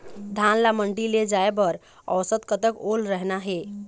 धान ला मंडी ले जाय बर औसत कतक ओल रहना हे?